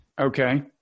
Okay